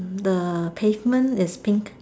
the pavement is pink